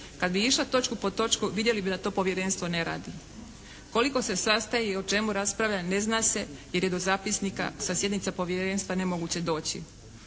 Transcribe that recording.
Kad bi išla točku po točku vidjeli bi da to Povjerenstvo ne radi. Koliko se sastaje i o čemu raspravlja ne zna se, jer je do zapisnika sa sjednica Povjerenstva nemoguće doći.